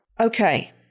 Okay